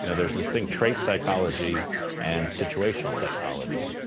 you know there's this thing trait psychology and situational psychology.